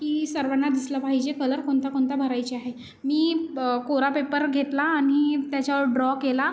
की सर्वांना दिसलं पाहिजे कलर कोणता कोणता भरायचे आहे मी कोरा पेपर घेतला आणि त्याच्यावर ड्रॉ केला